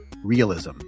realism